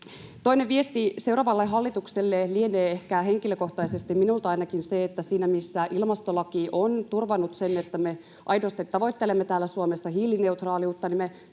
Toinen viesti seuraavalle hallitukselle lienee minulta henkilökohtaisesti ehkä ainakin se, että siinä, missä ilmastolaki on turvannut sen, että me aidosti tavoittelemme täällä Suomessa hiilineutraaliutta, me